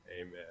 amen